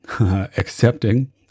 accepting